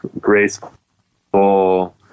graceful